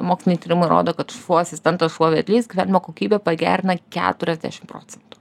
moksliniai tyrimai rodo kad šuo asistentas šuo vedlys gyvenimo kokybę pagerina keturiasdešim procentų